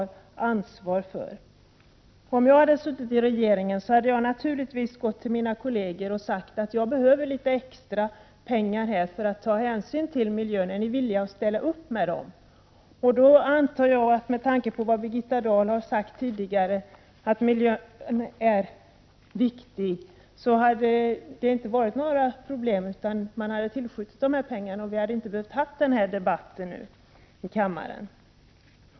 Om jag hade suttit i regeringen hade jag naturligtvis gått till mina kolleger och talat om att jag behöver litet extra pengar för att ta hänsyn till miljön. ”Är ni villiga att ställa upp med dem?” Med tanke på vad Birgitta Dahl har sagt tidigare om att miljön är viktig, antar jag att det inte hade varit några problem. Man hade tillskjutit pengarna, och denna debatt i kammaren hade inte varit nödvändig.